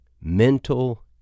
Mental